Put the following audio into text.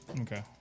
okay